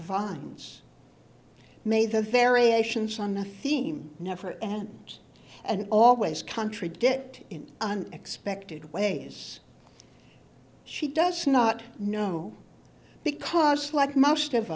vines may the variations on the theme never ant and always contradict in unexpected ways she does not know because like most of